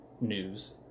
news